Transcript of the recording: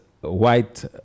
White